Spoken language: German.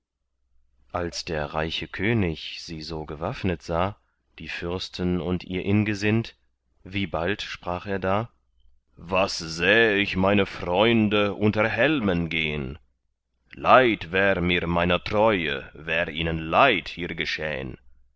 als der reiche könig so gewaffnet sah die fürsten und ihr ingesind wie bald sprach er da was seh ich meine freunde unter helmen gehn leid wär mir meiner treue wär ihnen leid hier geschehn